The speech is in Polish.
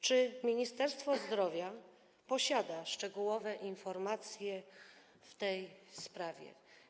Czy Ministerstwo Zdrowia posiada szczegółowe informacje w tej sprawie?